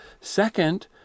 Second